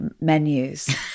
menus